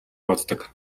боддог